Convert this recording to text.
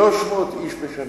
300 איש בשנה.